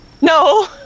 No